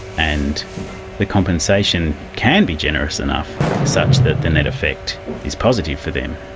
and the compensation can be generous enough such that the net effect is positive for them.